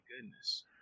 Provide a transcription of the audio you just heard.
goodness